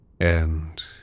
and